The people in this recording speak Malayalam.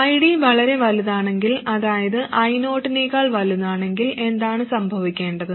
ID വളരെ വലുതാണെങ്കിൽ അതായത് I0 നേക്കാൾ വലുതാണെങ്കിൽ എന്താണ് സംഭവിക്കേണ്ടത്